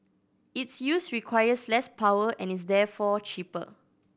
its use requires less power and is therefore cheaper